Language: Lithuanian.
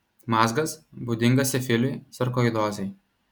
mazgas būdingas sifiliui sarkoidozei